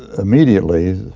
immediately,